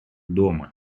дома